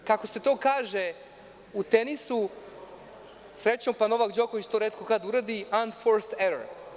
Kako se to kaže u tenisu, srećom pa Novak Đoković to retko kada uradi, an forst eror.